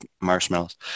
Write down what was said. marshmallows